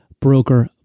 Broker